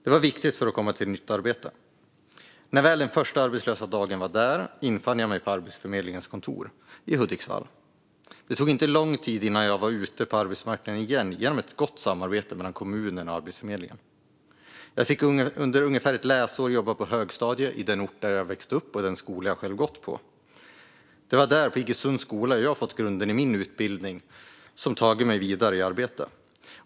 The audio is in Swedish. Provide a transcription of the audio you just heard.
Det var viktigt för att komma till nytt arbete. När väl den första arbetslösa dagen var där infann jag mig på Arbetsförmedlingens kontor i Hudiksvall. Det tog inte lång tid innan jag var ute på arbetsmarknaden igen genom ett gott samarbete mellan kommunen och Arbetsförmedlingen. Jag fick under ungefär ett läsår jobba på högstadiet i den ort där jag växt upp och i den skola jag själv gått på. Det var där på Iggesunds skola som jag fick grunden i min utbildning som tagit mig vidare i arbete.